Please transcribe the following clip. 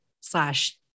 slash